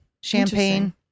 Champagne